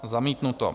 Zamítnuto.